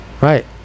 Right